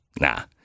Nah